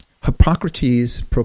Hippocrates